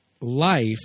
life